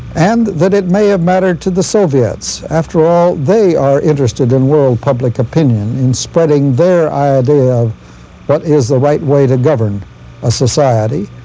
and that it may have mattered to the soviets. after all, they are interested in world public opinion in spreading their idea of what is the right way to govern a society.